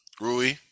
Rui